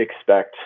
expect